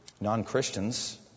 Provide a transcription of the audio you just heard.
Non-Christians